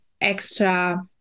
extra